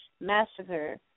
massacre